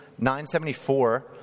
974